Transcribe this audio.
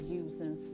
using